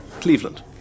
Cleveland